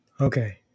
Okay